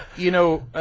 you know